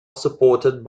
supported